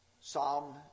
Psalm